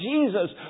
Jesus